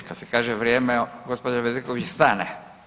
Kada se kaže vrijeme gospođa Bedeković stane.